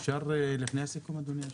אפשר עוד הערה אדוני?